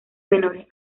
menores